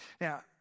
Now